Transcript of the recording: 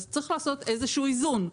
אז צריך לעשות איזשהו איזון.